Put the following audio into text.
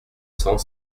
cent